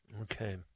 Okay